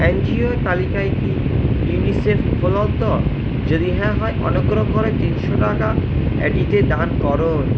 এনজিওর তালিকায় কি ইউনিসেফ উপলব্ধ যদি হ্যাঁ হয় অনুগ্রহ করে তিনশো টাকা এটিতে দান করুন